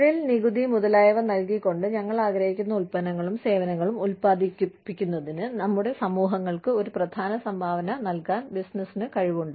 തൊഴിൽ നികുതി മുതലായവ നൽകികൊണ്ട് ഞങ്ങൾ ആഗ്രഹിക്കുന്ന ഉൽപ്പന്നങ്ങളും സേവനങ്ങളും ഉൽപ്പാദിപ്പിക്കുന്നതിന് നമ്മുടെ സമൂഹങ്ങൾക്ക് ഒരു പ്രധാന സംഭാവന നൽകാൻ ബിസിനസ്സിന് കഴിവുണ്ട്